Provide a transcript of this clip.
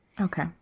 okay